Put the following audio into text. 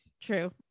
True